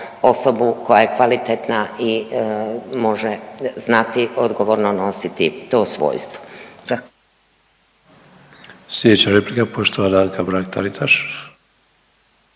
osobu koja je kvalitetna i može znati odgovorno nositi to svojstvo.